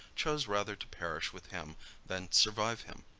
chose rather to perish with him than survive him.